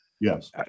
Yes